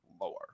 lower